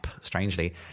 strangely